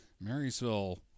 Marysville